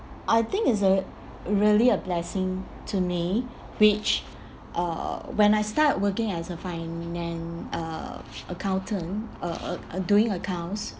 I think it's a really a blessing to me which uh when I start working as a finan~ uh accountant uh uh uh doing accounts